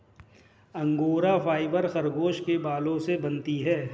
angora fibre खरगोश के बालों से बनती है